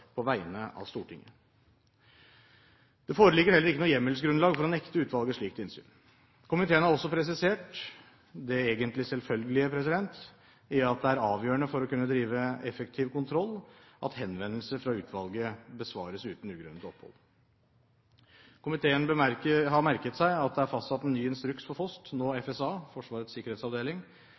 på vegne av Stortinget. Det foreligger heller ikke noe hjemmelsgrunnlag for å nekte utvalget slikt innsyn. Komiteen har også presisert det egentlig selvfølgelige i at det er avgjørende for å kunne drive effektiv kontroll at henvendelser fra utvalget besvares uten ugrunnet opphold. Komiteen har merket seg at det er fastsatt en ny instruks for FOST, nå Forsvarets sikkerhetsavdeling,